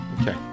okay